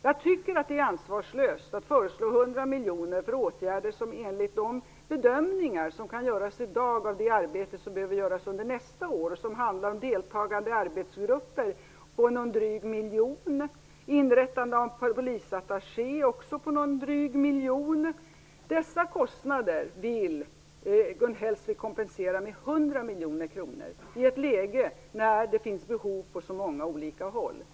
Jag tycker att det är ansvarslöst att föreslå 100 miljoner för åtgärder som enligt de bedömningar som i dag kan göras av det arbete som behöver göras under nästa år handlar om deltagande i arbetsgrupper för drygt en miljon, inrättande av polisattachéer också på någon dryg miljon. Dessa kostnader vill Gun Hellsvik kompensera med 100 miljoner kronor i ett läge när det finns behov på många olika håll.